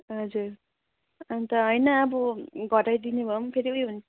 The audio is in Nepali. हजुर अन्त होइन अब घटाइदिने भएपनि फेरि ऊ यो